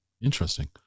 Interesting